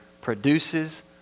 produces